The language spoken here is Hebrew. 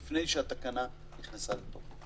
האם זה נחשב למשהו שהוא סגירה ענפית או לא?